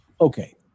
okay